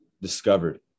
discovered